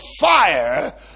fire